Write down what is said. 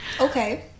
Okay